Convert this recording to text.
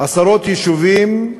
עשרות יישובים,